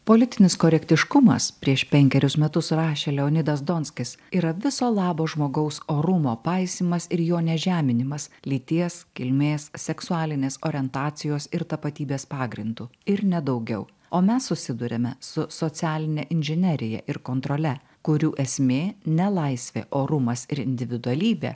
politinis korektiškumas prieš penkerius metus rašė leonidas donskis yra viso labo žmogaus orumo paisymas ir jo nežeminimas lyties kilmės seksualinės orientacijos ir tapatybės pagrindu ir ne daugiau o mes susiduriame su socialine inžinerija ir kontrole kurių esmė ne laisvė orumas ir individualybė